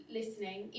listening